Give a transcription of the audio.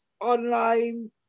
online